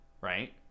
right